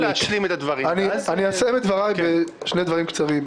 (היו"ר שלמה קרעי) אסיים בשני דברים קצרים.